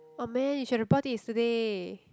oh man you should have bought it yesterday